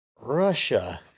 Russia